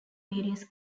various